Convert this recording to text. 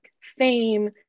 fame